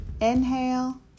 Inhale